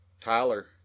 tyler